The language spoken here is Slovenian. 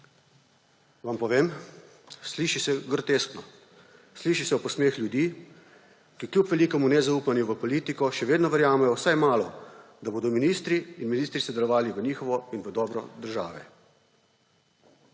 Vam povem? Sliši se groteskno. Sliši se kot posmeh ljudi, ki kljub velikemu nezaupanju v politiko še vedno verjamejo vsaj malo, da bodo ministri in ministrice delovali v njihovo in v dobro države.